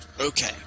Okay